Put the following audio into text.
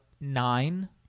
nine